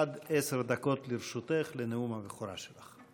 עד עשר דקות לרשותך לנאום הבכורה שלך.